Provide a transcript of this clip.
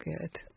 good